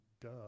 duh